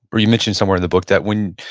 or you mentioned somewhere in the book that when,